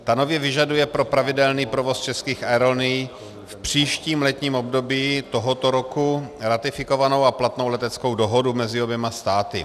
Ta nově vyžaduje pro pravidelný provoz Českých aerolinií v příštím letním období tohoto roku ratifikovanou a platnou leteckou dohodu mezi oběma státy.